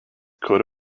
coat